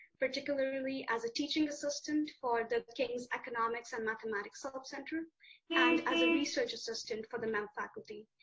particularly as a teaching assistant for the king's economics and mathematics help center and as a research assistant for the mem faculty.